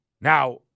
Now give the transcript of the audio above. Now